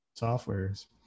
softwares